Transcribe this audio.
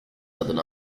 adını